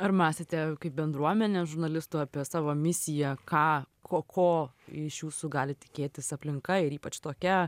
ar mąstėte kaip bendruomenė žurnalistų apie savo misiją ką ko ko iš jūsų gali tikėtis aplinka ir ypač tokia